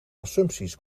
assumpties